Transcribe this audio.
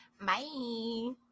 Bye